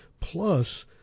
plus